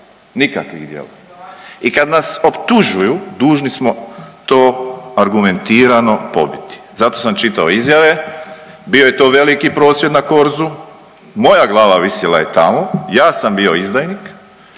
nikakvih djela. I kada nas optužuju dužni smo to argumentirano pobiti. Zato sam čitao izjave. Bio je to veliki prosvjed na Korzu. Moja glava visjela je tamo. Ja sam bio izdajnik,